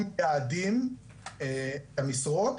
או מייעדים את המשרות,